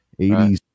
80s